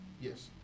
Yes